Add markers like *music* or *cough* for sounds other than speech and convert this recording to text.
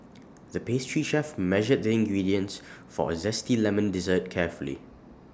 the pastry chef measured the ingredients *noise* for A Zesty Lemon Dessert carefully